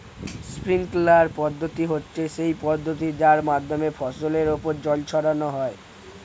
sprinkler পদ্ধতি হচ্ছে সেই পদ্ধতি যার মাধ্যমে ফসলের ওপর জল ছড়ানো হয়